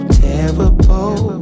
terrible